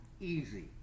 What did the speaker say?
easy